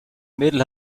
mädel